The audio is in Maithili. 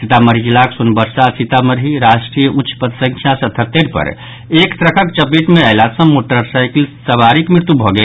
सीतामढ़ी जिलाक सोनबरसा सीतामढ़ी राष्ट्रीय उच्च पथ संख्या सतहत्तरि पर एक ट्रकक चपेट मे अयला सँ मोटरसाइकिल सवारीक मृत्यु भऽ गेल